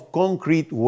concrete